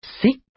six